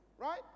right